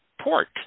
port